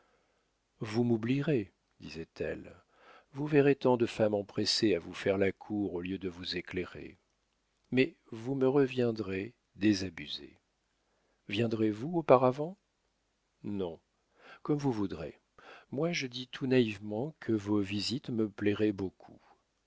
vous m'oublierez disait-elle vous verrez tant de femmes empressées à vous faire la cour au lieu de vous éclairer mais vous me reviendrez désabusé viendrez-vous auparavant non comme vous voudrez moi je dis tout naïvement que vos visites me plairaient beaucoup